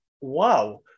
wow